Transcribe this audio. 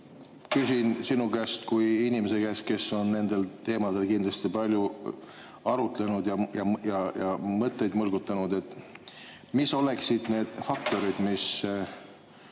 küsin sinu kui inimese käest, kes on nendel teemadel kindlasti palju arutlenud ja mõtteid mõlgutanud: mis oleksid need faktorid, mis